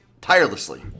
tirelessly